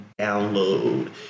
download